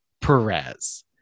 Perez